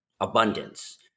abundance